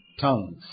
tongues